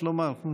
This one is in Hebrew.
יש לומר.